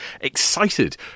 excited